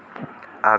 आगोल